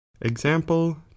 example